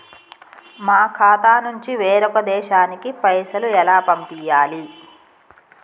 మా ఖాతా నుంచి వేరొక దేశానికి పైసలు ఎలా పంపియ్యాలి?